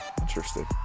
Interesting